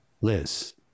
Liz